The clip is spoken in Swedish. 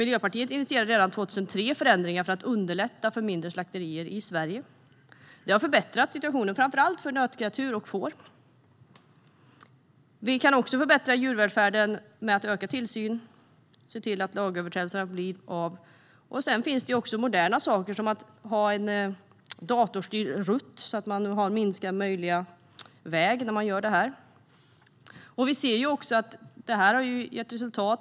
Miljöpartiet initierade redan 2003 förändringar för att underlätta för mindre slakterier i Sverige. Detta har gjort situationen bättre, framför allt för nötkreatur och får. Vi kan också förbättra djurvälfärden genom att öka tillsynen och se till att lagöverträdelser beivras. Det finns därtill moderna saker som att ha en datorstyrd rutt som visar den kortaste vägen när man transporterar. Allt detta har gett resultat.